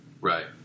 Right